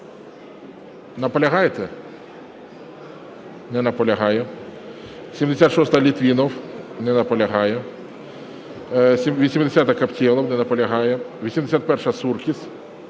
Наполягаєте? Не наполягає. 76-а, Літвінов. Не наполягає. 80-а, Каптєлов. Не наполягає. 81-а, Суркіс.